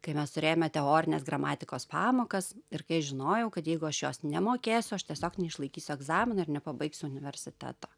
kai mes turėjome teorines gramatikos pamokas ir kai aš žinojau kad jeigu aš jos nemokėsiu aš tiesiog neišlaikysiu egzamino ir nepabaigsiu universiteto